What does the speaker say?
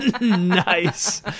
Nice